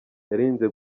yirinze